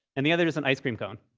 and the other is an ice cream cone,